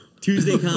Tuesday